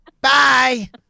Bye